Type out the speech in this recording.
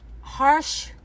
harsh